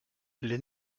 les